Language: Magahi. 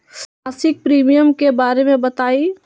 मासिक प्रीमियम के बारे मे बताई?